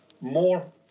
more